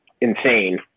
insane